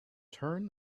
turn